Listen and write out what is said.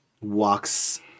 walks